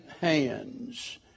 hands